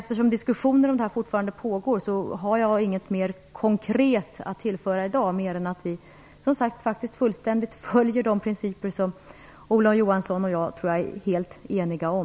Eftersom diskussionerna om detta fortfarande pågår, har jag inget mera konkret att tillföra i dag än att vi, som sagt, fullständigt följer de principer som jag tror att Olof Johansson och jag är helt eniga om.